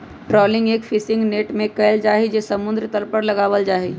trawling एक fishing net से कइल जाहई जो समुद्र तल पर लगावल जाहई